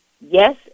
Yes